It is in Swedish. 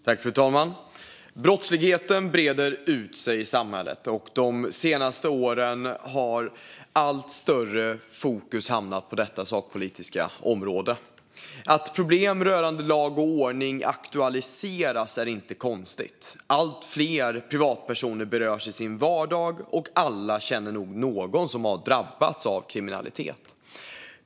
Fru talman! Brottsligheten breder ut sig i samhället. De senaste åren har allt större fokus hamnat på detta sakpolitiska område. Att problem rörande lag och ordning aktualiseras är inte konstigt. Allt fler privatpersoner berörs i sin vardag. Alla känner nog någon som har drabbats av kriminalitet.